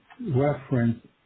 reference